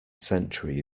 century